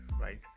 right